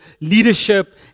leadership